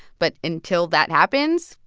but until that happens,